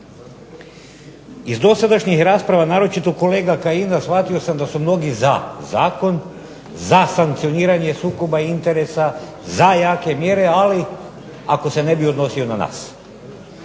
Iz dosadašnjih rasprava naročito kolege Kajina shvatio sam da su mnogi za zakon, za sankcioniranje sukoba interesa, za jake mjere ali ako se ne bi odnosi na nas.